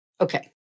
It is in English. Okay